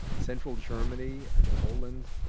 central germany and poland,